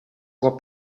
può